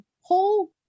whole